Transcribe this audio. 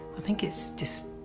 i think it's just,